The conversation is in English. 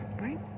right